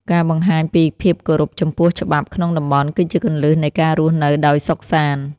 ការបង្ហាញពីភាពគោរពចំពោះច្បាប់ក្នុងតំបន់គឺជាគន្លឹះនៃការរស់នៅដោយសុខសាន្ដ។